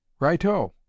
Right-o